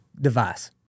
device